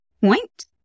point